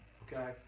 okay